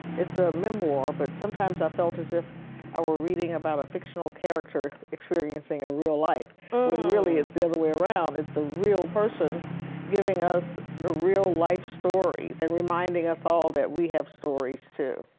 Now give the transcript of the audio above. it's a memoir but sometimes i felt as if i were reading about a fictional character experiencing a real life. but really it's the other way around. it's a real person giving us the real life stories and reminding us all that we have stories, too.